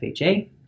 FHA